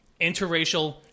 interracial